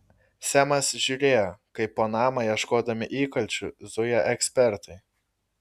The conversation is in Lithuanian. semas žiūrėjo kaip po namą ieškodami įkalčių zuja ekspertai